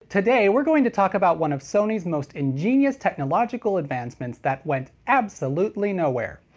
today we're going to talk about one of sony's most ingenious technological advancements that went absolutely nowhere.